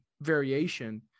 variation